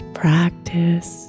practice